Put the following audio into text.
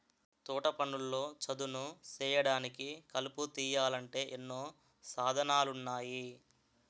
తోటపనుల్లో చదును సేయడానికి, కలుపు తీయాలంటే ఎన్నో సాధనాలున్నాయి